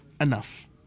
enough